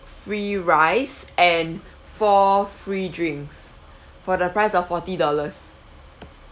free rice and for free drinks for the price of forty dollars